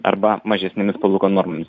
arba mažesnėmis palūkanų normomis